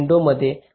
या विंडो मध्ये